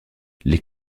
les